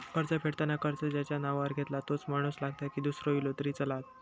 कर्ज फेडताना कर्ज ज्याच्या नावावर घेतला तोच माणूस लागता की दूसरो इलो तरी चलात?